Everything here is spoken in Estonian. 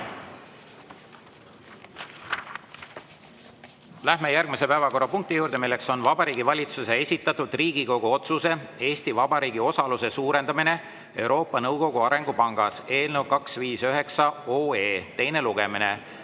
Läheme järgmise päevakorrapunkti juurde: Vabariigi Valitsuse esitatud Riigikogu otsuse "Eesti Vabariigi osaluse suurendamine Euroopa Nõukogu Arengupangas" eelnõu 259 teine lugemine.